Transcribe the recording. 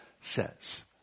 says